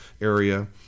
area